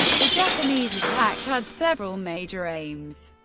the japanese attack had several major aims.